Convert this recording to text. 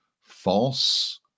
false